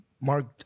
Mark